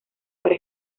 para